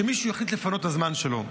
שמישהו יחליט לפנות הזמן שלו.